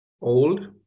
old